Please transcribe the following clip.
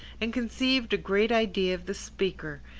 and conceived a great idea of the speaker,